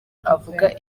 avuga